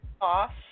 off